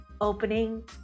opening